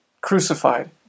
crucified